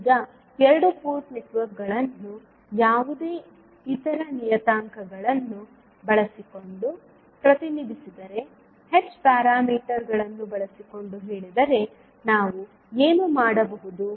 ಈಗ ಎರಡು ಪೋರ್ಟ್ ನೆಟ್ವರ್ಕ್ಗಳನ್ನು ಯಾವುದೇ ಇತರ ನಿಯತಾಂಕಗಳನ್ನು ಬಳಸಿಕೊಂಡು ಪ್ರತಿನಿಧಿಸಿದರೆ h ನಿಯತಾಂಕವನ್ನು ಬಳಸಿಕೊಂಡು ಹೇಳಿದರೆ ನಾವು ಏನು ಮಾಡಬಹುದು